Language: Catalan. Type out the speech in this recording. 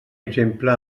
exemple